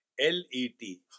L-E-T